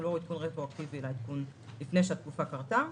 והוא לא עדכון רטרואקטיבי לעדכון לפני שהתקופה קרתה.